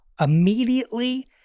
immediately